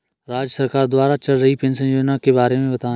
राज्य सरकार द्वारा चल रही पेंशन योजना के बारे में बताएँ?